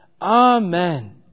Amen